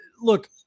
Look